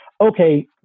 okay